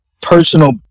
personal